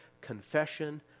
confession